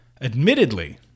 Admittedly